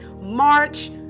march